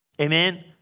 amen